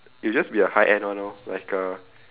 it'll just be a high end one lor like a